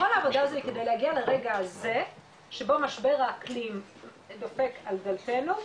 כל העבודה הזו היא כדי להגיע לרגע הזה שבו משבר האקלים דופק על דלתנו,